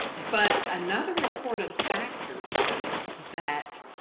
but another important factor is that